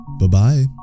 Bye-bye